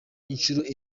inshuro